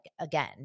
again